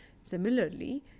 Similarly